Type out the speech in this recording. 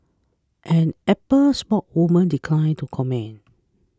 an Apple spokeswoman declined to comment